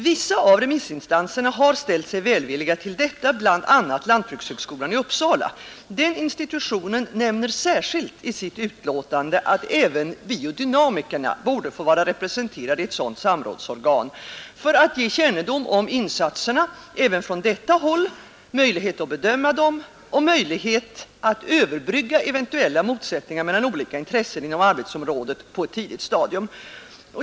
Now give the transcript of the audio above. Vissa remissinstanser har ställt sig välvilliga till detta, bl.a. lantbrukshögskolan i Uppsala. Denna institution nämner särskilt i sitt utlåtande att även biodynamikerna bör få vara representerade i ett sådant samrådsorgan för att ge kännedom om insatserna även från detta håll, möjlighet att bedöma dem och möjlighet att på ett tidigt stadium överbrygga eventuella motsättningar mellan olika intressen inom arbetsområdet.